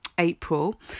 April